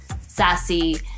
sassy